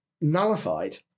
nullified